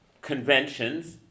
conventions